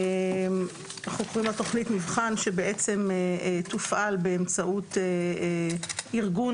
אנחנו קוראים לה תוכנית מבחן שתופעל באמצעות ארגון,